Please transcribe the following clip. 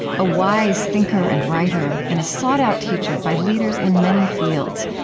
a wise thinker and writer, and a sought-out teacher by leaders in many fields.